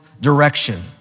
direction